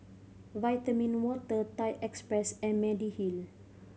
Vitamin Water Thai Express and Mediheal